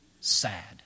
sad